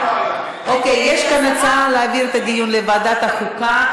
יש כאן הצעה להעביר את הדיון לוועדת החוקה.